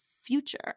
future